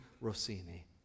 Rossini